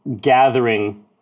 gathering